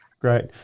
Great